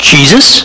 Jesus